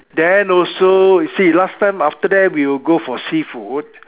then also see last time after that we would go for seafood